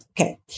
Okay